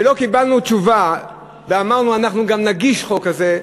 משלא קיבלנו תשובה אמרנו: גם אנחנו נגיש חוק כזה.